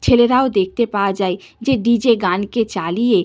ছেলেরাও দেখতে পাওয়া যায় যে ডিজে গানকে চালিয়ে